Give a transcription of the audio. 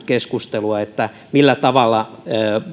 keskustelua millä tavalla